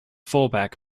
fullback